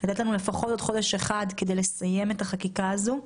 לתת לנו לפחות עוד חודש אחד כדי לסיים את החקיקה הזאת.